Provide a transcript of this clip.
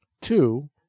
Two